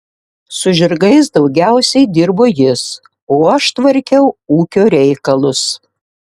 su žirgais daugiausiai dirbo jis o aš tvarkiau ūkio reikalus